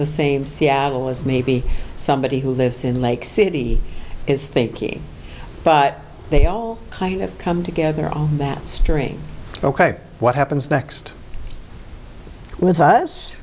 the same seattle as maybe somebody who lives in lake city is thinking but they all kind of come together on that string ok what happens next with us